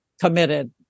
committed